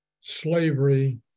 slavery